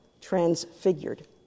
transfigured